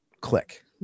click